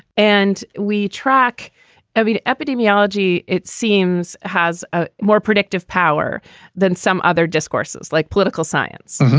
and we track every epidemiology, it seems has a more predictive power than some other discourses like political science.